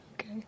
Okay